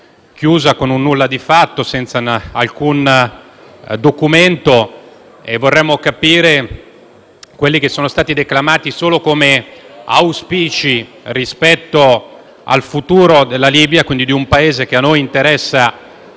chiusa con un nulla di fatto, senza alcun documento. Vorremmo comprendere meglio gli esiti, declamati solo come auspici rispetto al futuro della Libia, un Paese che a noi interessa